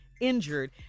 injured